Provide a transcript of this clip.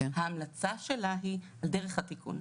ההמלצה שלה היא על הדרך התיקון.